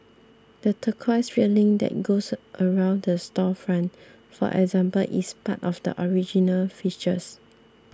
the turquoise railing that goes around the storefront for example is part of the original fixtures